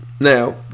Now